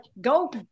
go